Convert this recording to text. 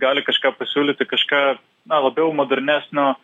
gali kažką pasiūlyti kažką na labiau modernesnio